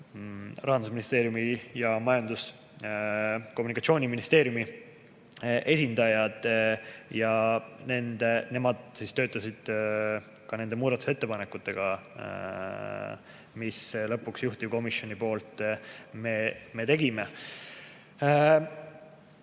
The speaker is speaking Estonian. Rahandusministeeriumi ning Majandus‑ ja Kommunikatsiooniministeeriumi esindajad. Nemad töötasid ka nende muudatusettepanekutega, mis me lõpuks juhtivkomisjoni poolt tegime.